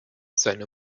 seine